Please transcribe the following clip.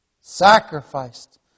Sacrificed